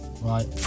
Right